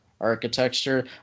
architecture